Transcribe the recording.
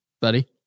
buddy